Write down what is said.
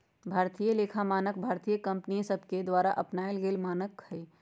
भारतीय लेखा मानक भारतीय कंपनि सभके द्वारा अपनाएल गेल मानक हइ